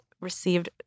received